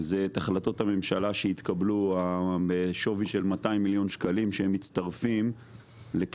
זה את החלטות הממשלה שהתקבלו בשווי של 200 מיליון שקלים שהם מצטרפים לכחצי